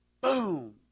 boom